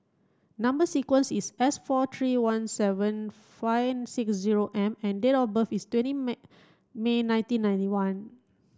number sequence is S four three one seven five six zero M and date of birth is twenty May May nineteen ninety one